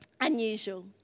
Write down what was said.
unusual